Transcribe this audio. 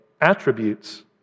attributes